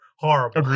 Horrible